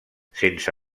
sense